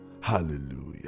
Hallelujah